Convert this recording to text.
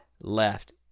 left